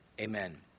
Amen